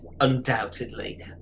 undoubtedly